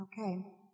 Okay